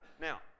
Now